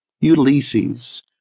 Ulysses